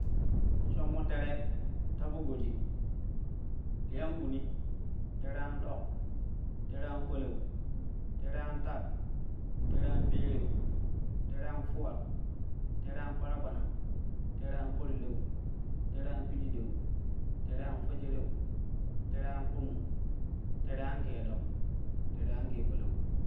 Shommo tere ta fok goji, liyan gumi, tere an ɗou, tere an palau, tere an tat, tere an pereu, tere an fuwat, tere an paragbanang, tere an parilau, tere an pididau, tere an fejereu, tere an kpumu, tere an gee ɗok, tere an gee pilau